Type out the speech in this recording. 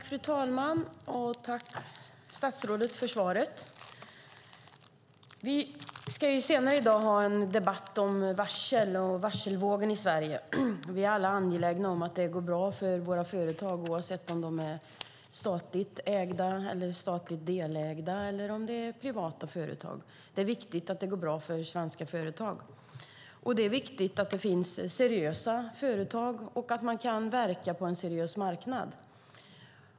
Fru talman! Jag tackar statsrådet för svaret. Vi ska senare i dag ha en debatt om varselvågen i Sverige. Vi är alla angelägna om att det går bra för våra företag oavsett om de är statligt ägda, statligt delägda eller privata. Det är viktigt att det går bra för svenska företag. Det är också viktigt att det finns seriösa företag som kan verka på en seriös marknad.